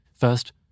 First